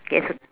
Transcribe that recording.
okay